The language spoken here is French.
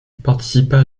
participa